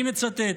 אני מצטט: